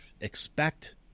Expect